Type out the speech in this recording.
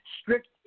strict